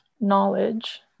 knowledge